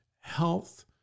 health